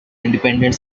independent